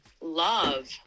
love